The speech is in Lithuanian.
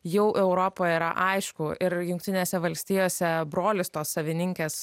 jau europoj yra aišku ir jungtinėse valstijose brolis tos savininkės